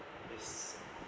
just